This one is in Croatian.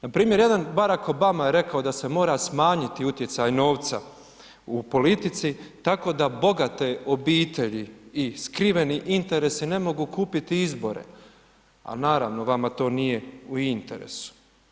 Npr. jedan Barack Obama je rekao da se mora smanjiti utjecaj novca u politici tako da bogate obitelji i skriveni interesi ne mogu kupiti izbore ali naravno, vama to nije u interesu.